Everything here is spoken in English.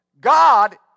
God